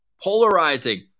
polarizing